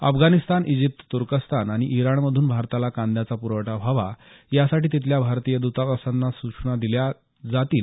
Afghanistan Egypt तुर्कस्तान आणि इराणमधून भारताला कांद्याचा पुरवठा व्हावा यासाठी तिथल्या भारतीय द्तावासांना सूचना दिल्या जातील